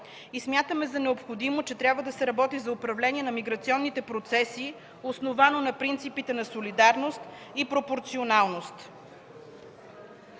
и смятаме за необходимо, че трябва да се работи за управление на миграционните процеси, основано на принципите за солидарност и пропорционалност.